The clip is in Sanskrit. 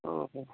ओहो